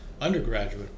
undergraduate